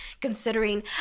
considering